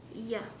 ya